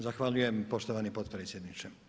Zahvaljujem poštovani potpredsjedniče.